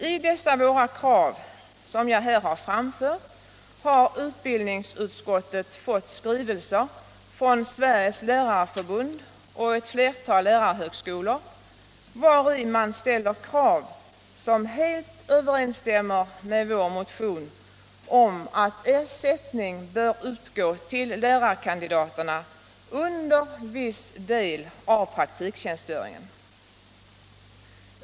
I dessa våra krav, som jag här har framfört, har utbildningsutskottet fått skrivelser från Sveriges Lärarförbund och ett flertal lärarhögskolor i vilka man ställer krav som helt överensstämmer med vår motion om att ersättning bör utgå till lärarkandidaterna under viss del av praktiktjänstgöringen.